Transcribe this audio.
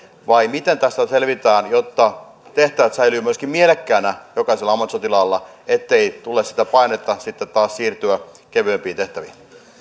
vai miten tästä selvitään jotta tehtävät myöskin säilyvät mielekkäinä jokaisella ammattisotilaalla ettei tule sitä painetta sitten taas siirtyä kevyempiin tehtäviin